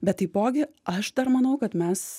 bet taipogi aš dar manau kad mes